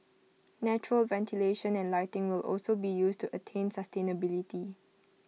natural ventilation and lighting will also be used to attain sustainability